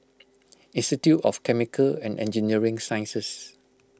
Institute of Chemical and Engineering Sciences